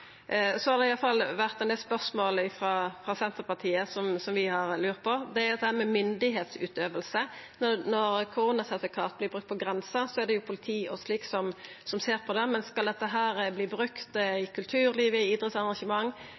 har det vore ein del spørsmål frå oss i Senterpartiet, spørsmål vi har lurt på, som dette med styringsutøving. Når koronasertifikat vert brukt på grensa, er det jo politi og slikt som ser på det, men skal dette verta brukt i kulturlivet,